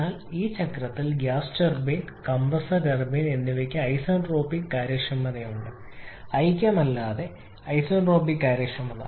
എന്നാൽ ഒരു പ്രശ്നം ഈ ചക്രത്തിൽ ഗ്യാസ് ടർബൈൻ കംപ്രസ്സർ ടർബൈൻ എന്നിവയ്ക്ക് ഐസന്റ്രോപിക് കാര്യക്ഷമതയുണ്ട് ഐക്യമല്ലാത്ത ഐസന്റ്രോപിക് കാര്യക്ഷമത